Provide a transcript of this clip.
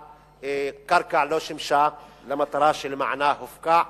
שהקרקע לא שימשה למטרה שלמענה היא הופקעה.